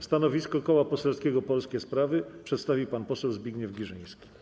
Stanowisko Koła Poselskiego Polskie Sprawy przedstawi pan poseł Zbigniew Girzyński.